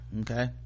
okay